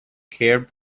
cared